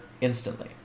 instantly